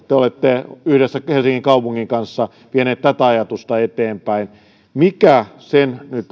designmuseosta te olette yhdessä helsingin kaupungin kanssa vienyt tätä ajatusta eteenpäin mikä sen rahoituskuvio nyt